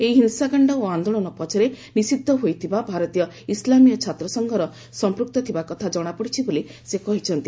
ଏହି ହିଂସାକାଣ୍ଡ ଓ ଆନ୍ଦୋଳନ ପଛରେ ନିଷିଦ୍ଧ ହୋଇଥିବା ଭାରତୀୟ ଇସ୍ଲାମୀୟ ଛାତ୍ରସଂଘର ସଂପୃକ୍ତ ଥିବା କଥା ଜଣାପଡ଼ିଛି ବୋଲି ସେ କହିଛନ୍ତି